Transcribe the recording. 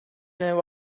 know